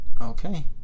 Okay